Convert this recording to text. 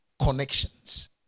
connections